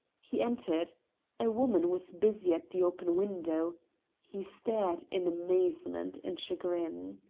he entered a woman was busy at the open window he stared in amazement and chagrin.